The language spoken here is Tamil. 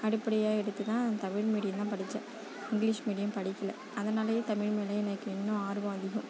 அடிப்படையாக எடுத்து தான் தமிழ் மீடியம்தான் படித்தேன் இங்கிலீஷ் மீடியம் படிக்கல அதனாலேயே தமிழ் மேலே எனக்கு இன்னும் ஆர்வம் அதிகம்